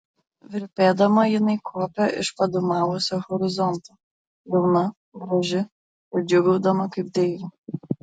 virpėdama jinai kopė iš padūmavusio horizonto jauna graži ir džiūgaudama kaip deivė